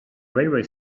railway